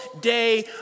day